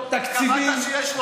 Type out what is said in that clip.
תגיד מספר.